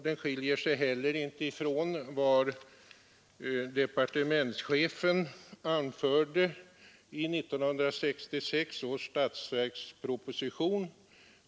Den skiljer sig inte heller från vad departementschefen anförde i 1966 års statsverksproposition.